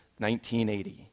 1980